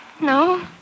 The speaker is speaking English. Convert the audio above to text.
no